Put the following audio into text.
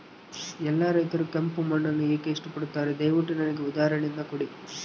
ಎಲ್ಲಾ ರೈತರು ಕೆಂಪು ಮಣ್ಣನ್ನು ಏಕೆ ಇಷ್ಟಪಡುತ್ತಾರೆ ದಯವಿಟ್ಟು ನನಗೆ ಉದಾಹರಣೆಯನ್ನ ಕೊಡಿ?